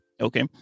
Okay